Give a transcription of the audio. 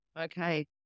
okay